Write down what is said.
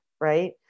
right